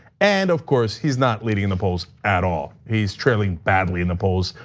and of course, he's not leading in the polls at all. he's trailing badly in the polls,